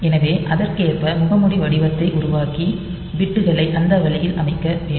எனவே அதற்கேற்ப முகமூடி வடிவத்தை உருவாக்கி பிட்களை அந்த வழியில் அமைக்க வேண்டும்